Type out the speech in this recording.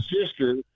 sister